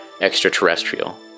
extraterrestrial